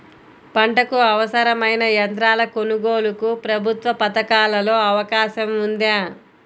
పంటకు అవసరమైన యంత్రాల కొనగోలుకు ప్రభుత్వ పథకాలలో అవకాశం ఉందా?